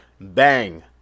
Bang